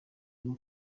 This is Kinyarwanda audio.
rwo